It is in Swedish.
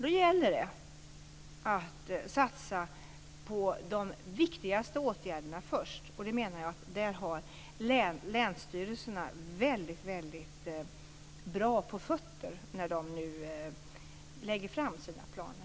Då gäller det att satsa på de viktigaste åtgärderna först. Där har, menar jag, länsstyrelserna väldigt bra på fötterna när de nu lägger fram sina planer.